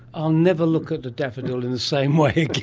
i'll never look at a daffodil in the same way again. are